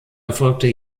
erfolgte